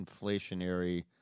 inflationary